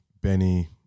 benny